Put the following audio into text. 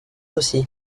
aussi